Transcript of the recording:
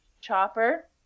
Chopper